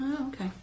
okay